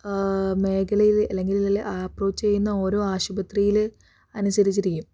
മേഖലയിൽ അല്ലെങ്കിൽ അപ്രോച്ച് ചെയ്യുന്ന ഓരോ ആശുപത്രീല് അനുസരിച്ചിരിക്കും